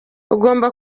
ugomba